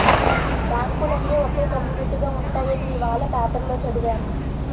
బాంకులన్నీ ఒకే కమ్యునీటిగా ఉంటాయని ఇవాల పేపరులో చదివాను